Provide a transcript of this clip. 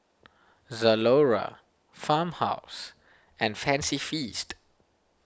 Zalora Farmhouse and Fancy Feast